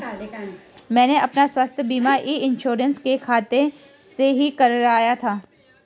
मैंने अपना स्वास्थ्य बीमा ई इन्श्योरेन्स के खाते से ही कराया था